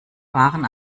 wahren